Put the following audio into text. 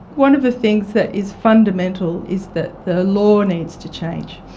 one of the things that is fundamental is that the law needs to change.